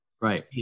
Right